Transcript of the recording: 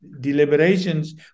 deliberations